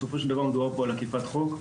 בסופו של דבר מדובר פה על אכיפת חוק,